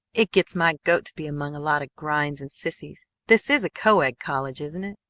it gets my goat to be among a lot of grinds and sissies! this is a co-ed college, isn't it?